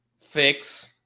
Fix